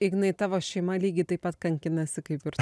ignai tavo šeima lygiai taip pat kankinasi kaip ir